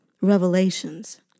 revelations